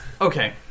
okay